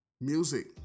Music